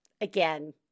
again